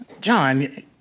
John